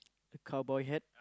cowboy hat